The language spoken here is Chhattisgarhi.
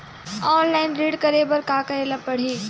ऑनलाइन ऋण करे बर का करे ल पड़हि?